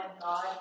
God